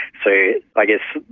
so, i guess,